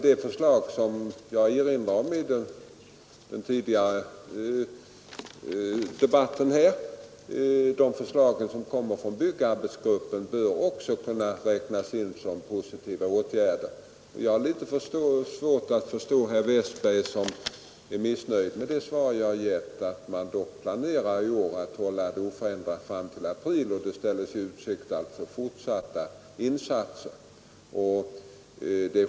De förslag som kommer från byggarbetsgruppen, och som jag erinrade om i den tidigare debatten, bör även kunna räknas in som positiva åtgärder. Jag har litet svårt att förstå herr Westberg som är missnöjd med det svar jag har gett, eftersom man dock planerar att hålla beredskapsarbetena oförändrade fram till april i år och att det ställs i utsikt fortsatta insatser.